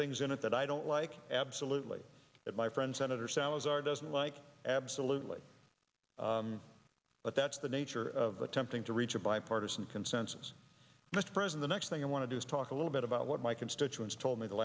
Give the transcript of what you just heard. things in it that i don't like absolutely that my friend senator salazar doesn't like absolutely but that's the nature of attempting to reach a bipartisan consensus just friends in the next thing i want to do is talk a little bit about what my constituents told me the